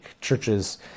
churches